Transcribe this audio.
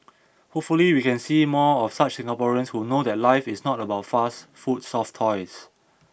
hopefully we can see more of such Singaporeans who know that life is not about fast food soft toys